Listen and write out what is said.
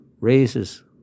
raises